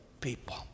people